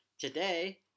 today